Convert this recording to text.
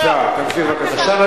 בבקשה, תמשיך בבקשה.